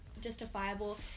justifiable